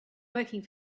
working